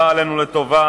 הבאה עלינו לטובה,